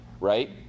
right